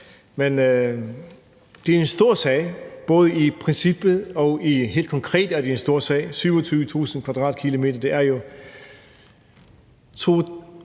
det er en stor sag, både principielt og helt konkret. Det handler om 27.000 km²,